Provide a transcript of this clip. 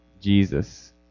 Jesus